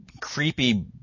creepy